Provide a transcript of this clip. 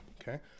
Okay